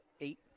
Eight